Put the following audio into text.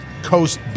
coast